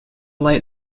light